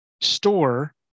store